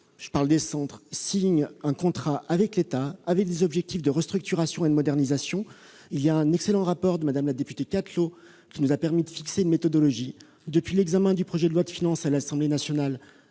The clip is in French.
lors que les centres signent un contrat avec l'État comprenant des objectifs de restructuration et de modernisation. L'excellent rapport de Mme la députée Anne-Laure Cattelot nous a permis de fixer une méthodologie. Depuis l'examen du projet de loi de finances à l'Assemblée nationale,